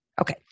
Okay